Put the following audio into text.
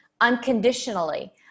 unconditionally